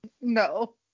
no